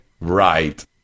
Right